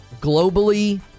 Globally